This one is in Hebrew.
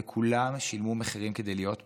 וכולם שילמו מחירים כדי להיות פה.